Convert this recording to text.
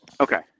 Okay